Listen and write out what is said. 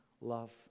love